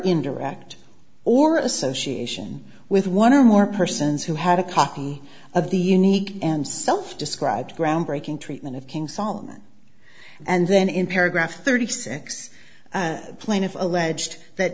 indirect or association with one or more persons who had a copy of the unique and self described groundbreaking treatment of king solomon and then in paragraph thirty six plaintiff alleged th